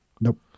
Nope